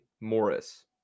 Morris